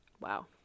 Wow